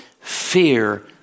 fear